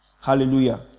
Hallelujah